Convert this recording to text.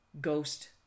ghost